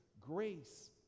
grace